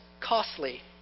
costly